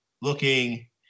looking